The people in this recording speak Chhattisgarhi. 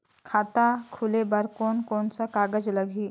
खाता खुले बार कोन कोन सा कागज़ लगही?